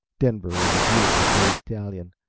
denver was a beautiful bay stallion,